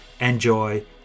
Enjoy